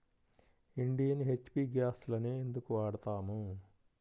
Indian, HP గ్యాస్లనే ఎందుకు వాడతాము?